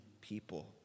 people